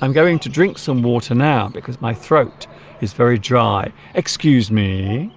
i'm going to drink some water now because my throat is very dry excuse me